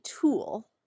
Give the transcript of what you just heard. tool